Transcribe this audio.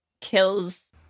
kills